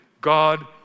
God